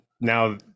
now